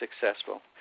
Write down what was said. successful